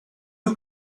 who